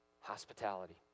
Hospitality